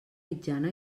mitjana